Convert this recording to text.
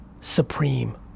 Supreme